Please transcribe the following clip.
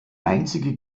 einzige